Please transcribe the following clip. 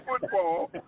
football